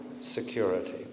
security